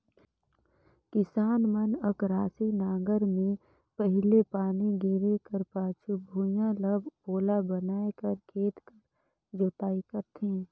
किसान मन अकरासी नांगर मे पहिल पानी गिरे कर पाछू भुईया ल पोला बनाए बर खेत कर जोताई करथे